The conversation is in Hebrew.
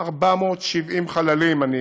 470 חללים, אני